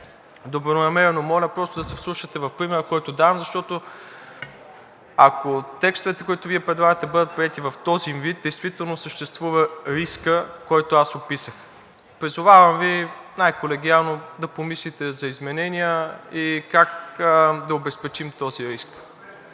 най-добронамерено моля просто да се вслушате в примера, който давам. Защото, ако текстовете, които Вие предлагате, бъдат приети в този им вид, действително съществува рискът, който описах. Призовавам Ви най-колегиално да помислите за изменения и как да обезпечим този риск.